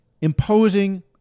imposing